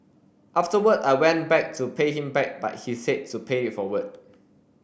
afterward I went back to pay him back but he said to pay it forward